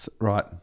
Right